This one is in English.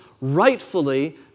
rightfully